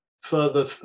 further